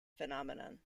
phenomenon